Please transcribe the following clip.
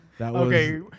Okay